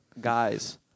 guys